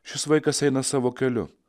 šis vaikas eina savo keliu